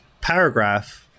paragraph